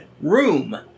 room